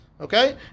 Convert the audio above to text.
Okay